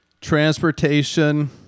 transportation